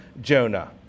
Jonah